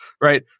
right